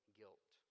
guilt